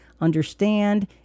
understand